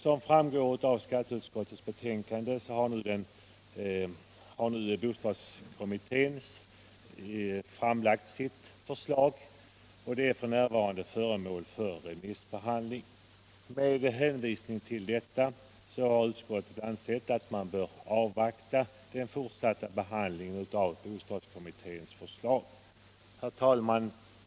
Som framgår av skatteutskottets betänkande har bostadsskattekommittén nu framlagt sitt förslag, och detta är f.n. föremål för remissbehandling. Med hänvisning härtill har utskottet ansett att man bör avvakta den fortsatta behandlingen av bostadsskattekommitténs förslag. Herr talman!